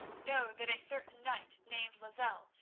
know that a certain knight named lozelle,